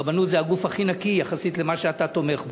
הרבנות זה הגוף הכי נקי, יחסית למה שאתה תומך בו.